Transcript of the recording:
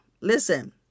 listen